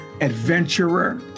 adventurer